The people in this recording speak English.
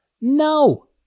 No